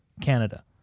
Canada